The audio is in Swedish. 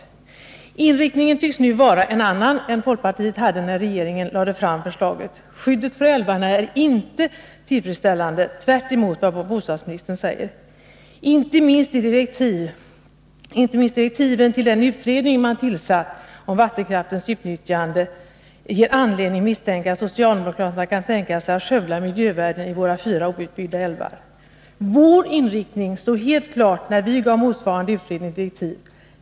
141 Inriktningen tycks nu vara en annan än folkpartiet hade när den dåvarande regeringen lade fram förslaget. Skyddet för älvarna är, tvärtemot vad bostadsministern säger, inte tillfredsställande. Inte minst direktiven till den utredning av vattenkraftens utnyttjande som man har tillsatt ger anledning misstänka att socialdemokraterna kan tänka sig att skövla miljövärden i våra fyra outbyggda älvar. Vår inriktning stod helt klar när vi gav motsvarande utredningsdirektiv.